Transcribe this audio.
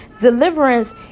Deliverance